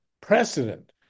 precedent